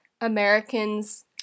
Americans